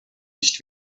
nicht